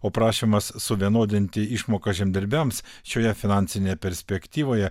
o prašymas suvienodinti išmokas žemdirbiams šioje finansinėje perspektyvoje